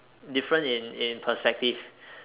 difference in in perspective